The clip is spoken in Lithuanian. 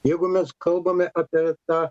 jeigu mes kalbame apie tą